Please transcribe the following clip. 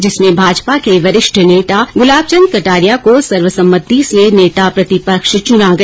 जिसमें भाजपा के वरिष्ठ नेता गुलाब चन्द कटारिया को सर्वसम्मति से नेता प्रतिपक्ष चुना गया